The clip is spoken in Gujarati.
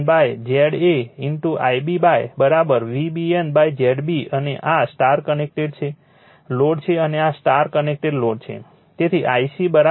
Ib V BN ZB અને આ સ્ટાર કનેક્ટેડ છે લોડ છે અને આ સ્ટાર કનેક્ટેડ લોડ છે